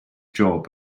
job